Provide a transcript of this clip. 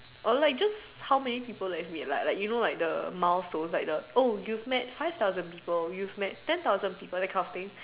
or like just how many people life meet like like you know like the milestones like the oh you've met five thousand people you've met ten thousand people that kind of thing